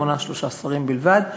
המונה שלושה שרים בלבד,